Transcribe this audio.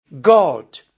God